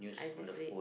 I just read